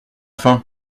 fin